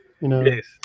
Yes